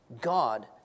God